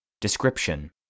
Description